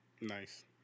Nice